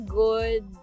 good